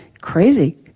crazy